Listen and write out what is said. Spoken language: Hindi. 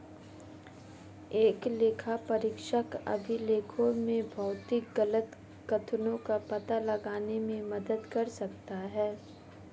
एक लेखापरीक्षक अभिलेखों में भौतिक गलत कथनों का पता लगाने में मदद कर सकता है